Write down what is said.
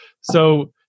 So-